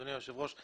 אדוני היושב-ראש,